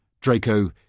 Draco